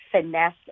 finesse